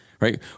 Right